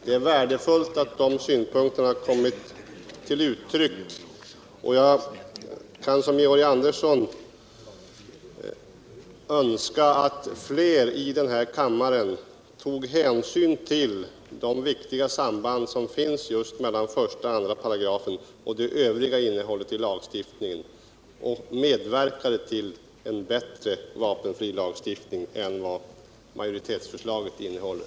Det är värdefullt att dessa synpunkter kommit till uttryck, och liksom Georg Andersson önskar jag att fler ledamöter av denna kammare uppmärksammar det viktiga samband som finns mellan 13 och 25 och det övriga innehållet i lagstiftningen och medverkar till en bättre vapenfrilagstiftning än vad majoritetsförslaget innehåller.